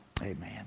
amen